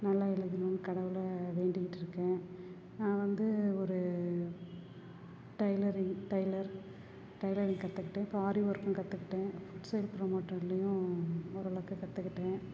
நல்லா எழுதணுன்னு கடவுளை வேண்டிக்கிட்டு இருக்கேன் நான் வந்து ஒரு டெய்லரிங் டெய்லர் டெய்லரிங் கற்றுக்கிட்டு அப்புறம் ஆரி ஒர்க்கும் கற்றுக்கிட்டேன் ஃபுட் சைட் ப்ரொமோட்டட்லேயும் ஓரளவுக்கு கற்றுக்கிட்டேன்